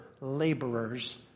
laborers